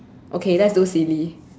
okay let's do silly